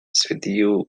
svedio